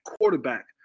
quarterback